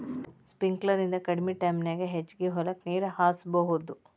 sprinkler ನಿಂದ ಕಡಮಿ ಟೈಮನ್ಯಾಗ ಹೆಚಗಿ ಹೊಲಕ್ಕ ನೇರ ಹಾಸಬಹುದು